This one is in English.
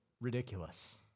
ridiculous